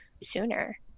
sooner